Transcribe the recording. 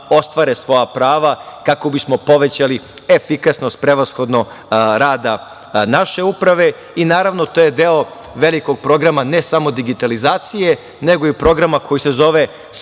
ostvare svoja prava kako bismo povećali efikasnost prevashodno rada naše uprave. Naravno to je deo velikog programa ne samo digitalizacije, nego i programa koji se zove